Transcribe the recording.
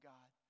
God